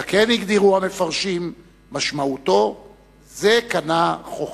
זקן, הגדירו המפרשים, משמעותו "זה קנה חכמה".